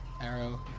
arrow